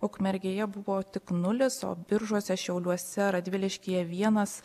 ukmergėje buvo tik nulis o biržuose šiauliuose radviliškyje vienas